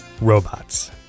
robots